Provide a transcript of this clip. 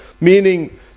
meaning